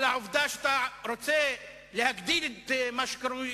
על העובדה שאתה רוצה להגדיל את מה שקרוי